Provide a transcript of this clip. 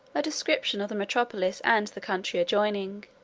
a description of the metropolis, and the country adjoining.